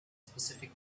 specific